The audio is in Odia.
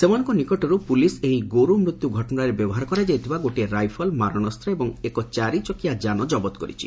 ସେମାନଙ୍କ ନିକଟରୁ ପୁଲିସ୍ ଏହି ଗୋରୁ ମୃତ୍ୟୁ ଘଟଣାରେ ବ୍ୟବହାର କରାଯାଇଥିବା ଗୋଟିଏ ରାଇଫଲ୍ ମାରଣାସ୍ତ ଏବଂ ଏକ ଚାରି ଚକିଆ ଯାନ ଜବତ କରିଛି